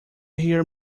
hear